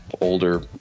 older